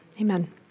Amen